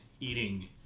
eating